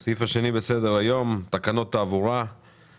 אנחנו עוברים לסעיף השני בסדר היום: תקנות התעבורה (תיקון מס' ...),